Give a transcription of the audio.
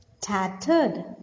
Tattered